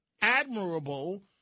admirable